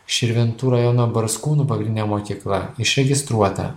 širvintų rajono barskūnų mokykla išregistruota